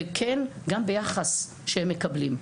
וכן, גם ביחס שהם מקבלים.